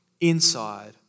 inside